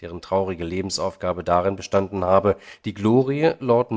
deren traurige lebensaufgabe darin bestanden habe die glorie lord